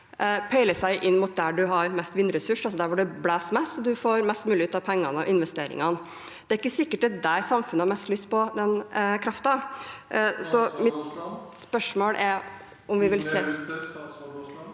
peiler seg inn mot der en har mest vindressurser, altså der hvor det blåser mest og en får mest mulig ut av pengene og investeringene. Det er ikke sikkert det er der samfunnet har mest lyst på den kraften. Mitt spørsmål